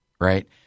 right